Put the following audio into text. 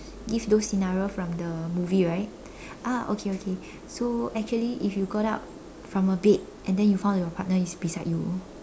give those scenario from the movie right ah okay okay so actually if you got up from a bed and then you found out that your partner is beside you